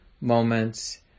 moments